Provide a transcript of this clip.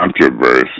controversy